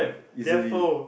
easily